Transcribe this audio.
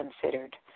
considered